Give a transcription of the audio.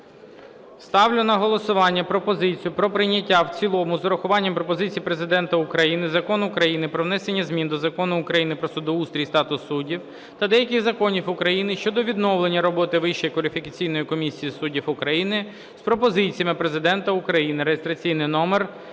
Ставлю на голосування пропозицію про прийняття в цілому з урахуванням пропозицій Президента України Закон України "Про внесення змін до Закону України "Про судоустрій і статус суддів" та деяких законів України щодо відновлення роботи Вищої кваліфікаційної комісії суддів України з пропозиціями Президента України (реєстраційний номер